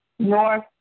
North